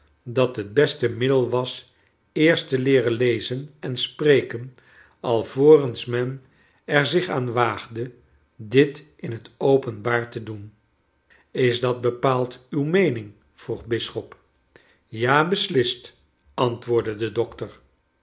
dat het beste middel was eerst te leeren lezen en spreken alvorens men er zich aan waagde dit in het openbaar te doen is dat bepaald nw meening vroeg bisschop ja beslist antwoordde de dokter